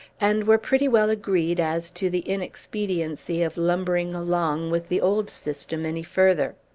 and were pretty well agreed as to the inexpediency of lumbering along with the old system any further.